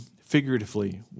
figuratively